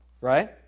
Right